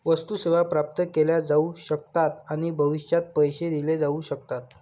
वस्तू, सेवा प्राप्त केल्या जाऊ शकतात आणि भविष्यात पैसे दिले जाऊ शकतात